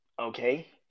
okay